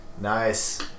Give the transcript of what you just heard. Nice